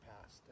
past